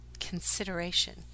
consideration